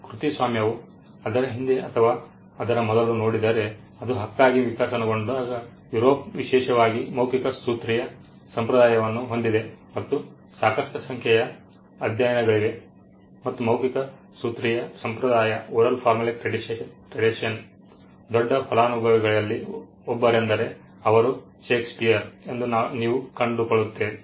ಕೃತಿಸ್ವಾಮ್ಯವು ಅದರ ಹಿಂದೆ ಅಥವಾ ಅದರ ಮೊದಲು ನೋಡಿದರೆ ಅದು ಹಕ್ಕಾಗಿ ವಿಕಸನಗೊಂಡಾಗ ಯುರೋಪ್ ವಿಶೇಷವಾಗಿ ಮೌಖಿಕ ಸೂತ್ರೀಯ ಸಂಪ್ರದಾಯವನ್ನು ಹೊಂದಿದೆ ಮತ್ತು ಸಾಕಷ್ಟು ಸಂಖ್ಯೆಯ ಅಧ್ಯಯನಗಳಿವೆ ಮತ್ತು ಮೌಖಿಕ ಸೂತ್ರೀಯ ಸಂಪ್ರದಾಯ ದೊಡ್ಡ ಫಲಾನುಭವಿಗಳಲ್ಲಿ ಒಬ್ಬರೆಂದರೆ ಅವರು ಷೇಕ್ಸ್ಪಿಯರ್ ಎಂದು ನೀವು ಕಂಡುಕೊಳ್ಳುತ್ತೀರಿ